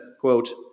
quote